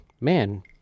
man